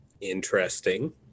Interesting